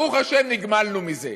ברוך השם, נגמלנו מזה.